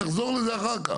נחזור לזה אחר כך.